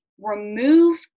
remove